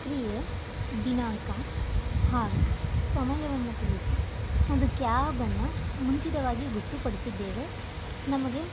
ಕ್ರಿಯೆ ದಿನಾಂಕ ಹಾಗು ಸಮಯವನ್ನು ತಿಳಿಸಿ ಒಂದು ಕ್ಯಾಬನ್ನು ಮುಂಚಿತವಾಗಿ ಗೊತ್ತುಪಡಿಸಿದ್ದೇವೆ ನಮಗೆ